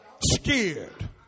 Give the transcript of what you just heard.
Scared